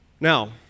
Now